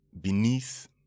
beneath